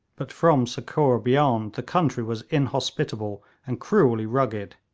but from sukkur beyond the country was inhospitable and cruelly rugged.